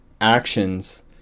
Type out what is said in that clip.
actions